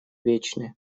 вечны